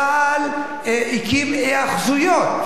עד היום צה"ל הקים היאחזויות.